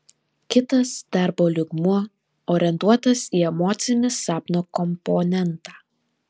kitas darbo lygmuo orientuotas į emocinį sapno komponentą